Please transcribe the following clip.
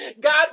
God